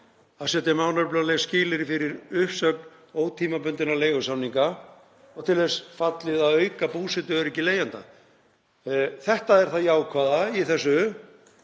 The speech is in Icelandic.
að setja málefnaleg skilyrði fyrir uppsögn ótímabundinna leigusamninga og til þess fallið að auka búsetuöryggi leigjenda.“ Þetta er það jákvæða í þessu.